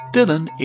Dylan